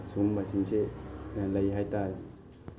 ꯁꯤꯒꯨꯝꯕꯁꯤꯡꯁꯦ ꯂꯩ ꯍꯥꯏꯇꯥꯔꯦ